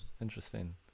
Interesting